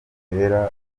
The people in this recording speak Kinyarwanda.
zitera